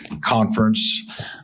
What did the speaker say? conference